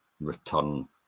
return